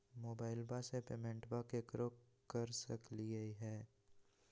मोबाइलबा से पेमेंटबा केकरो कर सकलिए है?